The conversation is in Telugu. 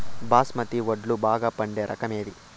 బాస్మతి వడ్లు బాగా పండే రకం ఏది